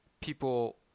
people